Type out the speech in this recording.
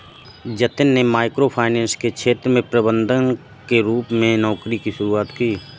जतिन में micro finance के क्षेत्र में प्रबंधक के रूप में नौकरी की शुरुआत की